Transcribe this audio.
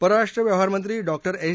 परराष्ट्र व्यवहारमंत्री डॉक े एस